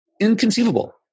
inconceivable